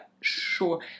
sure